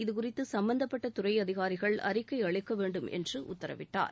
இதுகுறித்து சும்மந்தப்பட்ட துறை அதிகாரிகள் அறிக்கை அளிக்க வேண்டும் என்று உத்தரவிட்டார்